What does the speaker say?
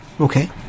okay